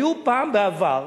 היו פעם, בעבר,